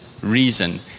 reason